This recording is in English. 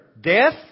death